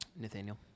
Nathaniel